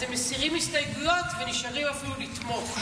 אז היא מסירה הסתייגויות ונשארת אפילו לתמוך.